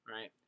right